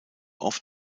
oft